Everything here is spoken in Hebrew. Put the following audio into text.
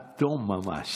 עד תום ממש.